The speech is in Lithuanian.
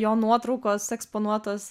jo nuotraukos eksponuotos